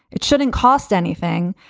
it shouldn't cost anything.